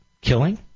killing